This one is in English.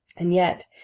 and yet,